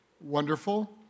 Wonderful